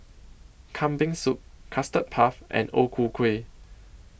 Kambing Soup Custard Puff and O Ku Kueh